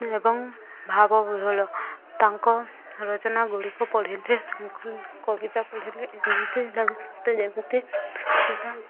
ଏବଂ ଭାବ ବିହ୍ୱଳ ତାଙ୍କ ରଚନା ଗୁଡ଼ିକ ପଢ଼ିଲେ ତାଙ୍କୁ କବିତା ପଢ଼ିଲେ ରେବତୀ ସେଇଟା